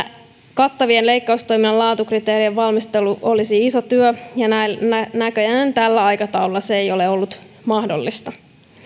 kattavien leikkaustoimien laatukriteerien valmistelu olisi iso työ ja näköjään tällä aikataululla se ei ole ollut mahdollista